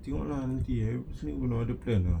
tengok lah nanti eh hari esok ada plan ah